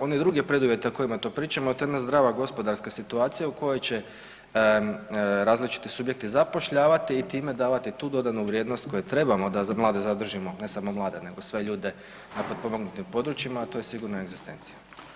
one druge preduvjete o kojima tu pričamo, a to je jedna zdrava gospodarska situacija u kojoj će različiti subjekti zapošljavati i time davati tu dodanu vrijednost koju trebamo da mlade zadržimo ne samo mlade nego sve ljude na potpomognutim područjima, a to je sigurna egzistencija.